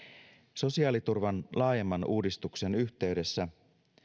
sosiaaliturvan laajemman uudistuksen yhteydessä